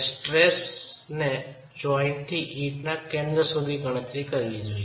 સ્ટ્રેસને જોઈન્ટ થી ઈંટના કેન્દ્ર સુધી ગણતરી કરવી જોઈએ